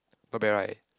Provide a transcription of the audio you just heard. not bad right